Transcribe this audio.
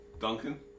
Duncan